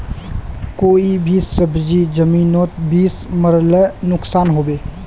कोई भी सब्जी जमिनोत बीस मरले नुकसान होबे?